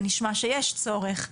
ונשמע שיש צורך.